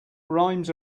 rhymes